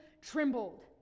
trembled